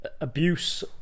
Abuse